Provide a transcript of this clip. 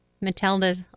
Matilda's